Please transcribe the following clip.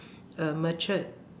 uh matured